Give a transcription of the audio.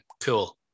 cool